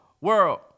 world